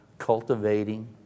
Cultivating